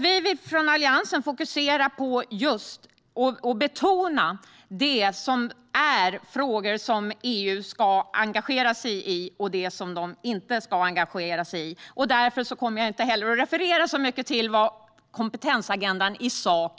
Vi i Alliansen vill betona det som är frågor som EU ska engagera sig i och det som EU inte ska engagera sig i. Därför kommer jag inte att referera så mycket till vad kompetensagendan innehåller i sak.